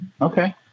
Okay